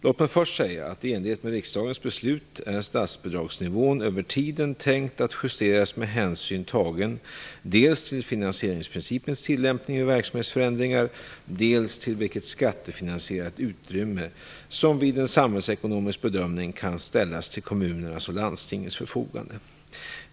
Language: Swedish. Låt mig först säga att statsbidragsnivån i enlighet med riksdagens beslut är över tiden tänkt att justeras med hänsyn tagen dels till finansieringsprincipens tillämpning vid verksamhetsförändringar, dels till vilket skattefinansierat utrymme som vid en samhällsekonomisk bedömning kan ställas till kommunernas och landstingens förfogande.